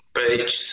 page